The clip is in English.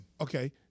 Okay